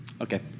Okay